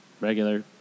Regular